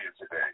today